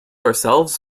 ourselves